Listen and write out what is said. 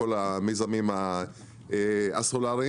בכל המיזמים הסולאריים,